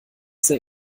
sehr